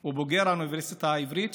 הוא בוגר האוניברסיטה העברית.